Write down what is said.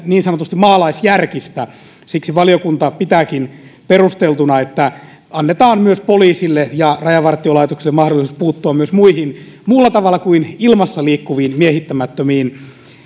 niin sanotusti ihan maalaisjärkistä siksi valiokunta pitääkin perusteltuna että annetaan myös poliisille ja rajavartiolaitokselle mahdollisuus puuttua muulla tavalla kuin ilmassa liikkuviin miehittämättömiin